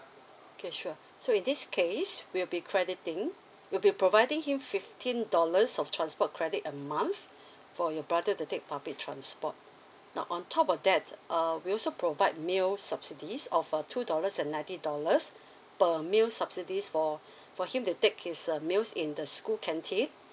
okay sure so in this case we'll be crediting we'll be providing him fifteen dollars of transport credit a month for your brother to take public transport now on top of that uh we also provide meals subsidies of a two dollars and ninety dollars per meal subsidies for for him to take his uh meals in the school canteen